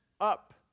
up